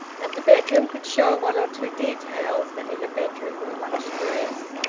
and the bedroom could show one or two details that in a bedroom were luxurious.